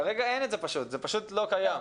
כרגע אין את זה, זה פשוט לא קיים.